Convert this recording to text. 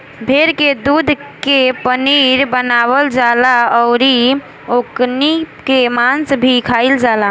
भेड़ के दूध के पनीर बनावल जाला अउरी ओकनी के मांस भी खाईल जाला